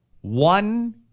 One